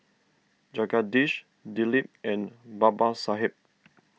Jagadish Dilip and Babasaheb